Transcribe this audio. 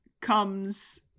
comes